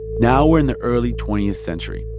now we're in the early twentieth century,